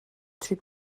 trwy